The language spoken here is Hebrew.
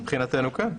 מבחינתנו, כן.